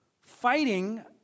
fighting